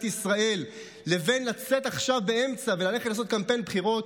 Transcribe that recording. ישראל לבין לצאת עכשיו באמצע וללכת לעשות קמפיין בחירות,